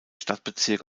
stadtbezirk